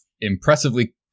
impressively